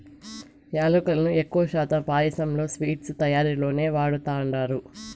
యాలుకలను ఎక్కువ శాతం పాయసం, స్వీట్స్ తయారీలోనే వాడతండారు